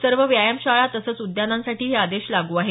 सर्व व्यायाम शाळा तसंच उद्यानांसाठीही हे आदेश लागू आहेत